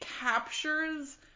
captures